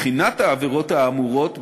בחינת העבירות האמורות,